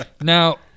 Now